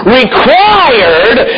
required